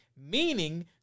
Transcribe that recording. meaning